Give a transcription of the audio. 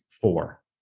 four